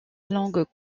langue